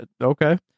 Okay